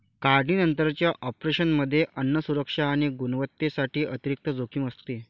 काढणीनंतरच्या ऑपरेशनमध्ये अन्न सुरक्षा आणि गुणवत्तेसाठी अतिरिक्त जोखीम असते